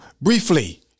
Briefly